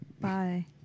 Bye